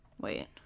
wait